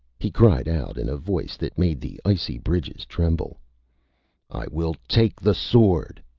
he cried out, in a voice that made the icy bridges tremble i will take the sword!